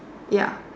ya